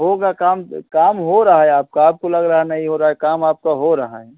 होगा काम काम हो रहा है आपका आपको लग रहा है नहीं हो रहा है काम आपका हो रहा है